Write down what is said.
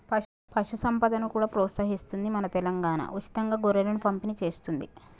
పశు సంపదను కూడా ప్రోత్సహిస్తుంది మన తెలంగాణా, ఉచితంగా గొర్రెలను పంపిణి చేస్తుంది